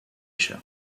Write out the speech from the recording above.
się